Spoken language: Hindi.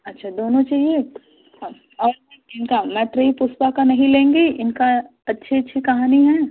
अच्छा दोनों चाहिए हाँ और मैम इनका मैत्रेयी पुष्पा का नहीं लेंगी इनका अच्छी अच्छी कहानी हैं